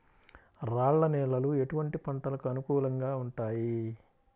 రాళ్ల నేలలు ఎటువంటి పంటలకు అనుకూలంగా ఉంటాయి?